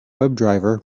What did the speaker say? webdriver